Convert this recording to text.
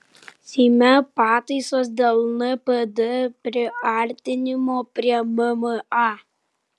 seime pataisos dėl npd priartinimo prie mma